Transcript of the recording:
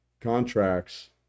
contracts